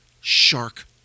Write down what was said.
shark